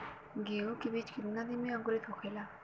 गेहूँ के बिज कितना दिन में अंकुरित होखेला?